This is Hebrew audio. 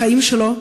לחיים שלו,